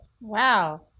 Wow